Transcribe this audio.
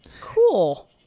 Cool